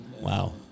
Wow